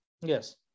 Yes